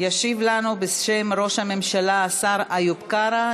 ישיב לנו בשם ראש הממשלה השר איוב קרא,